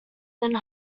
than